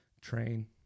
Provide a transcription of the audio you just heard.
train